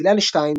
"תפילה לשתיים".